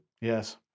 yes